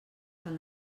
fan